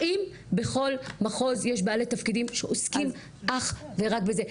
האם בכל מחוז יש בעלי תפקידים שעוסקים אך ורק בזה?